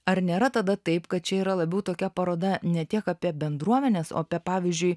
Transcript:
ar nėra tada taip kad čia yra labiau tokia paroda ne tiek apie bendruomenes o apie pavyzdžiui